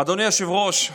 אדוני היושב-ראש,